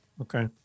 Okay